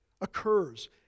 occurs